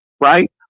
right